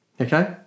Okay